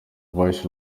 welsh